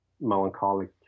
melancholic